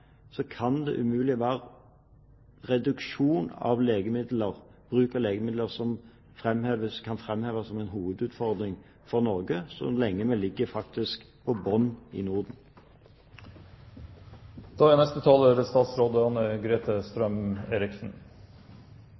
kan det umulig være reduksjon i bruken av legemidler som kan framheves som en hovedutfordring for Norge så lenge vi ligger på bunn i